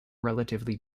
relatively